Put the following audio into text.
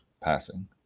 passing